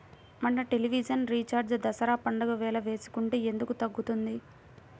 మన television recharge Dasara పండగ వేళ వేసుకుంటే ఎందుకు తగ్గుతుంది?